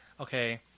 Okay